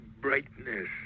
brightness